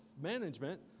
management